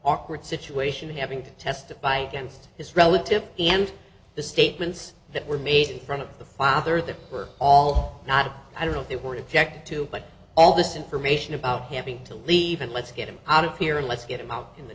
awkward situation having to testify against his relative and the statements that were made in front of the father that were all not i don't know if they were object to but all this information about having to leave and let's get him out of here let's get him out in the